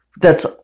thats